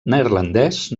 neerlandès